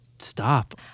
Stop